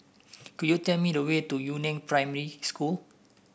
could you tell me the way to Yu Neng Primary School